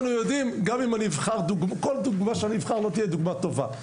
כל דוגמה שאני אבחר לא תהיה דוגמה טובה,